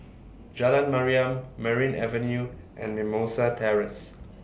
Jalan Mariam Merryn Avenue and Mimosa Terrace